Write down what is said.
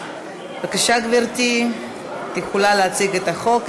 בבקשה, גברתי, את יכולה להציג את החוק.